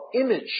image